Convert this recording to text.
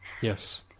Yes